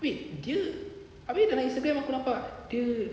wait dia abeh dalam Instagram aku nampak dia